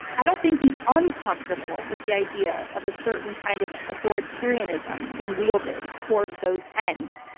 i don't think he's uncomfortable with the idea of a certain kind of authoritarianism being wielded toward those ends.